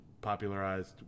popularized